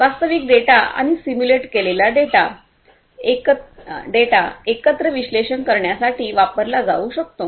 वास्तविक डेटा आणि सिम्युलेट केलेला डेटा एकत्र विश्लेषण करण्यासाठी वापरला जाऊ शकतो